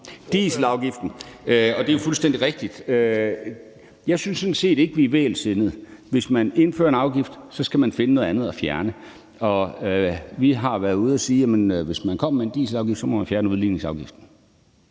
Dieselafgiften). Det er fuldstændig rigtigt. Jeg synes sådan set ikke, at vi er vægelsindede. Hvis man indfører en afgift, skal man finde noget andet at fjerne. Vi har været ude at sige, at hvis man kommer med en dieselafgift, må man fjerne udligningsafgiften.